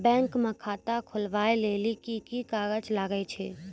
Bank म खाता खोलवाय लेली की की कागज लागै छै?